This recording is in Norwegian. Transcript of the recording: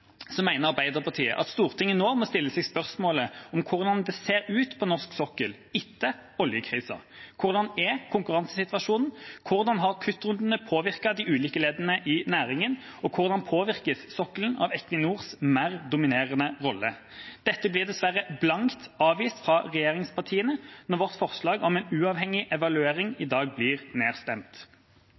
Arbeiderpartiet at Stortinget nå må stille seg spørsmålet om hvordan det ser ut på norsk sokkel etter oljekrisa. Hvordan er konkurransesituasjonen? Hvordan har kuttrundene påvirket de ulike leddene i næringen? Og hvordan påvirkes sokkelen av Equinors mer dominerende rolle? Dette blir dessverre blankt avvist av regjeringspartiene når vårt forslag om en uavhengig evaluering i dag blir nedstemt.